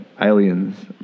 aliens